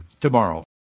tomorrow